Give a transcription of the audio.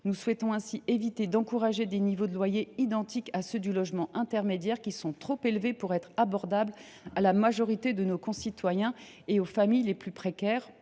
Nous souhaitons ainsi éviter d’encourager un niveau de loyers identique à celui du logement intermédiaire, niveau trop élevé pour être accessible à la majorité de nos concitoyens et aux familles les plus précaires.